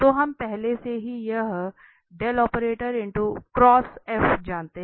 तो हम पहले से ही यह जानते हैं